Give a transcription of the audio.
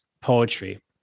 poetry